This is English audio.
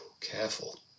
Careful